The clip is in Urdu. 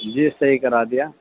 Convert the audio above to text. جی سہی کرا دیا